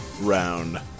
round